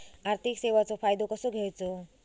आर्थिक सेवाचो फायदो कसो घेवचो?